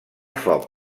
foc